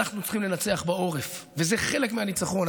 אנחנו צריכים לנצח בעורף, וזה חלק מהניצחון.